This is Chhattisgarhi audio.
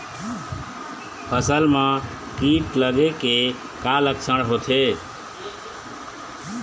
फसल म कीट लगे के का लक्षण होथे?